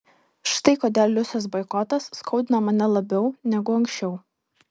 štai kodėl liusės boikotas skaudina mane labiau negu anksčiau